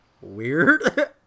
weird